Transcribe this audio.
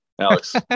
alex